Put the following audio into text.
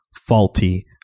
faulty